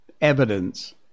evidence